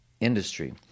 industry